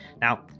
now